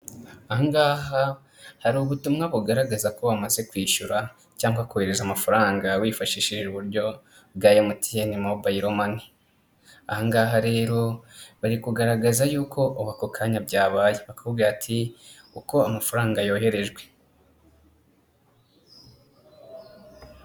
Aha ngaha hari ubutumwa bugaragaza ko wamaze kwishyura cyangwa kohereza amafaranga wifashishije uburyo bwa emutiyene mobayiro mani, aha ngaha rero bari kugaragaza yuko ubu ako kanya byabaye bakakubwira ati uko amafaranga yoherejwe.